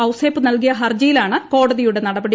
ഔസേപ്പ് നൽകിയ ഹർജിയിലാണ് കോടതിയുടെ നടപടി